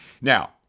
Now